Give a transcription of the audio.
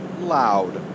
loud